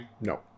No